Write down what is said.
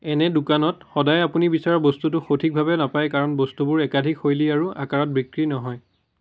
এনে দোকানত সদায়ে আপুনি বিচৰা বস্তুটো সঠিকভাৱে নাপায় কাৰণ বস্তুবোৰ একাধিক শৈলী আৰু আকাৰত বিক্ৰী নহয়